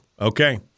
Okay